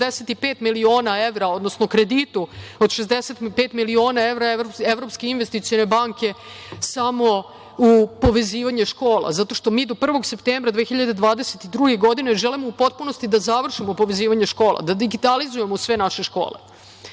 65 miliona evra, odnosno kreditu od 65 miliona evra Evropske investicione banke samo u povezivanje škola, zato što mi do 1. septembra 2022. godine želimo u potpunosti da završimo povezivanje škola, da digitalizujemo sve naše škole. Ako